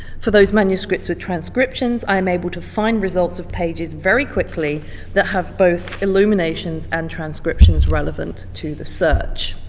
for those manuscripts with transcriptions i am able to find results of pages very quickly that have both illuminations and transcriptions relevant to the search.